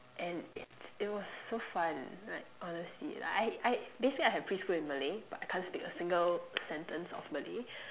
and it's it was so fun like honestly like I I basically I had preschool in Malay but I can't speak a single sentence of Malay